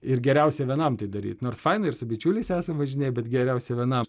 ir geriausia vienam tai daryt nors faina ir su bičiuliais esam važinėję bet geriausia vienam